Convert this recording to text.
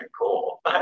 cool